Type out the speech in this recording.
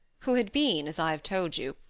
who had been, as i have told you,